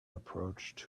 approached